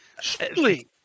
Surely